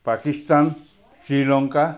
Pakistan Sri Lanka